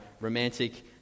romantic